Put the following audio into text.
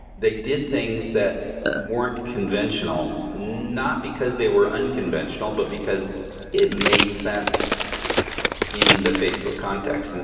they did things that weren't conventional, not because they were unconventional, but because it made sense in the facebook context. and